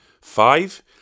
five